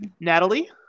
Natalie